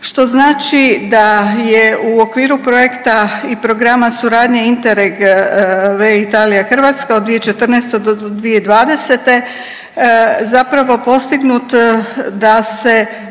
što znači da je u okviru projekta i programa suradnje Interreg we Italija-Hrvatska od 2014. do 2020. zapravo postignut da se